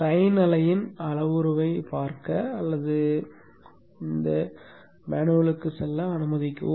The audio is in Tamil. சைன் அலையின் அளவுருவைப் பார்க்க அல்லது கையேடுக்கு செல்ல அனுமதிக்கவும்